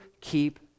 keep